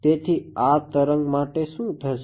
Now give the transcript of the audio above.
તેથી આ તરંગ માટે શું થશે